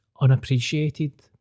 unappreciated